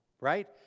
Right